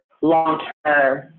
long-term